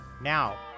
now